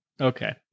Okay